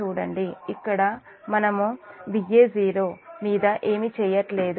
చూడండి ఇక్కడ మనము Va0 మీద ఏమి చేయట్లేదు